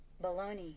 Bologna